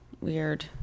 Weird